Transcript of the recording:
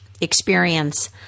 experience